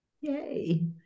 Yay